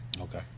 Okay